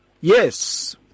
yes